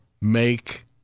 make